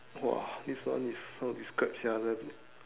!wah! this one is how to describe sia the